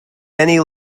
many